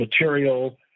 material